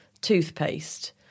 toothpaste